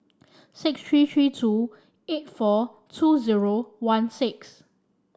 six three three two eight four two zero one six